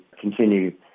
continue